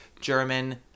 German